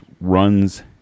runs